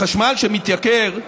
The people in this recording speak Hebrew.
החשמל שמתייקר,